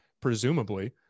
presumably